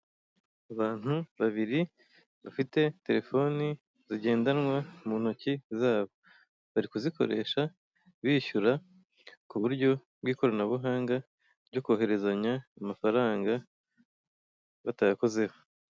Abantu babiri bafite telefoni zigendanwa mu ntoki zabo, bari kuyikoresha bishyura ku buryo bw'ikoranabuhanga byo koherezanya amafaranga batayakozeho.